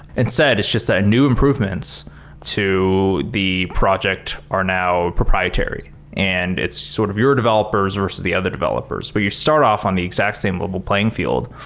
instead, it's just that new improvements to the project are now proprietary and it's sort of your developers versus the other developers. but you start off on the exact same level playing field.